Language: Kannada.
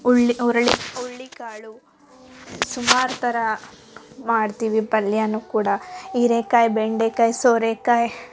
ಉಳ್ಳಿ ಹುರಳಿ ಹುರ್ಳಿ ಕಾಳು ಸುಮಾರು ಥರ ಮಾಡ್ತೀವಿ ಪಲ್ಯನು ಕೂಡ ಹಿರೇಕಾಯಿ ಬೆಂಡೇ ಕಾಯಿ ಸೋರೆ ಕಾಯಿ